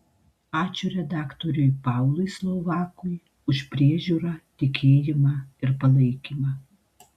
ačiū redaktoriui paului slovakui už priežiūrą tikėjimą ir palaikymą